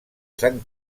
sant